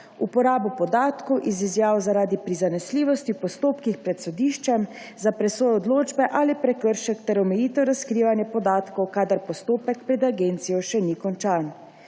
uporabo podatkov iz izjav zaradi prizanesljivosti v postopkih pred sodiščem za presojo odločbe ali prekršek ter omejitev razkrivanja podatkov, kadar postopek pred agencijo še ni končan;